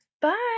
Bye